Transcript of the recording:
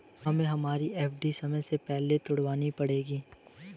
हमें हमारी एफ.डी समय से पहले ही तुड़वानी पड़ेगी